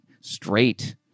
straight